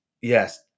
yes